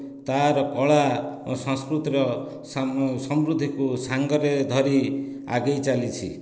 ତାହାର କଳା ଓ ସଂସ୍କୃତିର ସମୃଦ୍ଧିକୁ ସାଙ୍ଗରେ ଧରି ଆଗେଇ ଚାଲିଛି